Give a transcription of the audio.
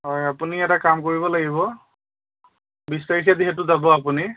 হয় আপুনি এটা কাম কৰিব লাগিব বিছ তাৰিখে যিহেতু যাব আপুনি